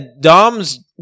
Dom's